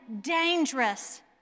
dangerous